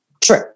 True